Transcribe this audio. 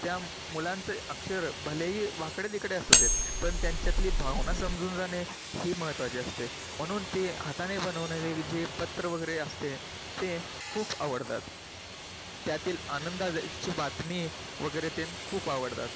त्या मुलांचे अक्षर भलेही वाकडेतिकडे असू देत पण त्यांच्यातली भावना समजून जाणे ही महत्त्वाची असते म्हणून ते हाताने बनवणेली जे पत्र वगैरे असते ते खूप आवडतात त्यातील आनंदा ची बातमी वगैरे तेन खूप आवडतात